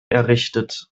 errichtet